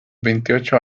veintiocho